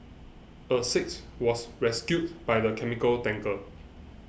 a sixth was rescued by the chemical tanker